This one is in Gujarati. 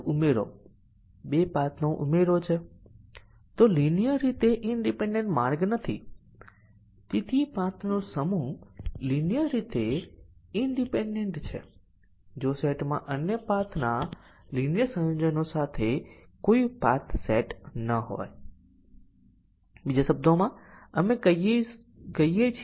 પરંતુ તે જ સમયે આપણે મલ્ટીપલ કન્ડીશન ના કવરેજ ટેસ્ટીંગ જેટલા સંપૂર્ણ ટેસ્ટીંગ જેટલું પ્રાપ્ત કરીએ છીએ